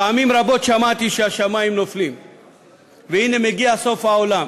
פעמים רבות שמעתי שהשמים נופלים והנה מגיע סוף העולם,